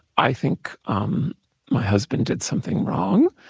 i think um my husband did something wrong.